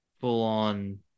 Full-on